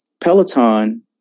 Peloton